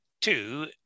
two